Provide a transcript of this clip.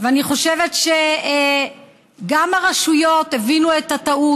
אני חושבת שגם הרשויות הבינו את הטעות.